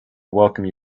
welcome